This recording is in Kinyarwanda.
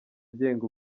agenga